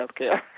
healthcare